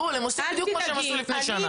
הם עושים בדיוק את מה שהם עשו לפני שנה.